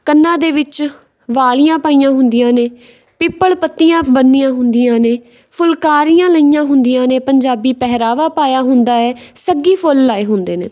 ਕੰਨਾਂ ਦੇ ਵਿੱਚ ਬਾਲੀਆਂ ਪਾਈਆਂ ਹੁੰਦੀਆਂ ਨੇ ਪਿੱਪਲ ਪੱਤੀਆਂ ਬੰਨੀਆਂ ਹੁੰਦੀਆਂ ਨੇ ਫੁਲਕਾਰੀਆਂ ਲਈਆਂ ਹੁੰਦੀਆਂ ਨੇ ਪੰਜਾਬੀ ਪਹਿਰਾਵਾ ਪਾਇਆ ਹੁੰਦਾ ਹੈ ਸੱਗੀ ਫੁੱਲ ਲਾਏ ਹੁੰਦੇ ਨੇ